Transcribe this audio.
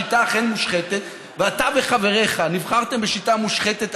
השיטה אכן מושחתת ואתה וחבריך נבחרתם בשיטה מושחתת,